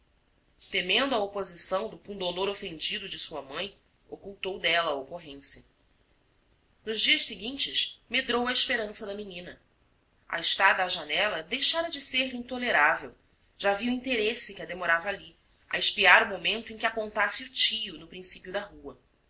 temendo a oposição do pundonor ofendido de sua mãe ocultou dela a ocorrência nos dias seguintes medrou a esperança da menina a estada à janela deixara de ser-lhe intolerável já havia um interesse que a demorava ali a espiar o momento em que apontasse o tio no princípio da rua